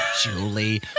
Julie